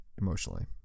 emotionally